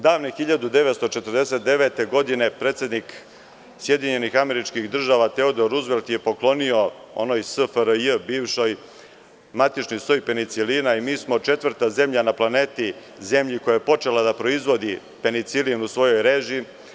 Davne 1949. godine predsednik SAD Teodor Ruzvelt je poklonio onoj bivšoj SFRJ matični soj penicilina i mi smo četvrta zemlja na planeti zemlji koja je počela da proizvodi penicilin u svojoj režiji.